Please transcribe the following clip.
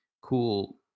cool